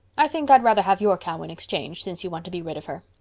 i think i'd rather have your cow in exchange, since you want to be rid of her.